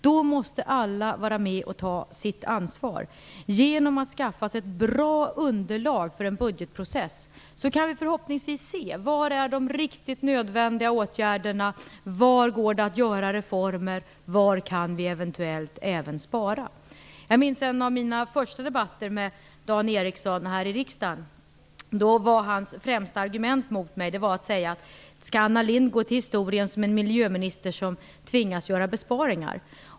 Då måste alla vara med och ta sitt ansvar. Genom att skaffa oss ett bra underlag för en budgetprocess kan vi förhoppningsvis se vilka de riktigt nödvändiga åtgärderna är, var vi kan genomföra reformer och var vi eventuellt även kan spara. Jag minns en av mina första debatter med Dan Ericsson här i riksdagen. Då var hans främsta argument mot mig följande fråga: Skall Anna Lindh gå till historien som en miljöminister som tvingas göra besparingar?